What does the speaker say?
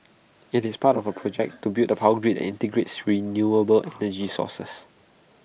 IT is part of A project to build A power grid that integrates renewable energy sources